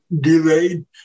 delayed